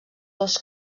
dos